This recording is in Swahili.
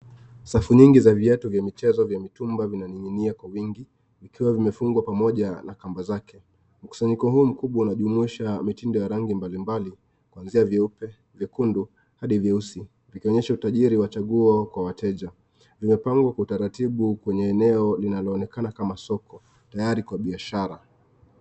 Safu nyingi za viatu vya michezo, vya mitumba vinaning'inia kwa wingi zikiwa zimefungwa pamoja na kamba zake, mkusanyiko huo mkubwa unajumuisha mitindo ya rangi mbalimbali kuanzia vyeupe, vyekundu, hadi vyeusi vikionyesha utajiri wao kwa wateja, vimepangwa kwa utaratibu kwenye eneoa linaloonekana kama soko tayari kwa biashara.